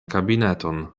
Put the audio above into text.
kabineton